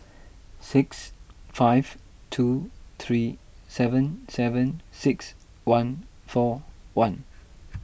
six five two three seven seven six one four one